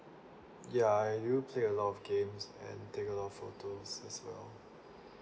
ya I do play a lot of games and take a lot of photos as well